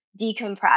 decompress